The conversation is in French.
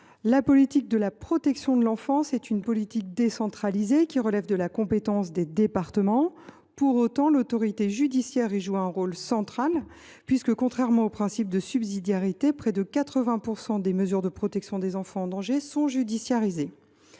attention. La protection de l’enfance est une politique décentralisée, qui relève de la compétence des départements. Pour autant, l’autorité judiciaire y joue un rôle central. En effet, à l’encontre du principe de subsidiarité, près de 80 % des mesures de protection des enfants en danger sont judiciarisées.